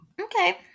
Okay